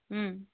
ও